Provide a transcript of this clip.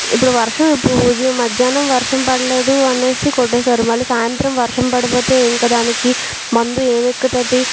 ఇప్పుడు వర్షం ఇప్పుడు ఉదయం మధ్యాహ్నం వర్షం పడలేదు అనేసి కొట్టేశారు మళ్ళీ సాయంత్రం వర్షం పడిపోతే ఇంక దానికి మందు ఏం ఎక్కుతుంది